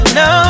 no